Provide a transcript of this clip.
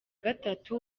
gatatu